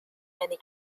many